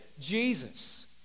Jesus